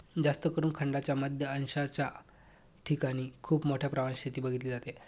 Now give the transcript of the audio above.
जास्तकरून खंडांच्या मध्य अक्षांशाच्या ठिकाणी खूप मोठ्या प्रमाणात शेती बघितली जाते